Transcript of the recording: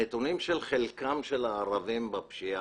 הנתונים של חלקם של הערבים בפשיעה,